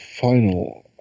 final